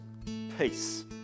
peace